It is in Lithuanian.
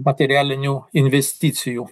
materialinių investicijų